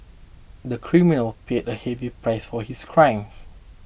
the criminal paid a heavy price for his crime